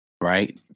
right